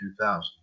2000